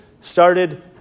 started